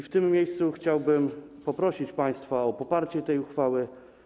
W tym miejscu chciałbym poprosić państwa o poparcie tej uchwały.